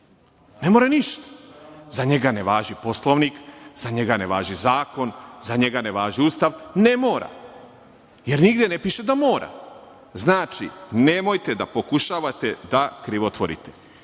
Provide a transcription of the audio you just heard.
ne mora ništa. Za njega ne važi Poslovnik, za njega ne važi zakon, za njega ne važi Ustav. Ne mora, jer nigde ne piše da mora. Znači, nemojte da pokušavate krivotvorite.